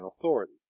authority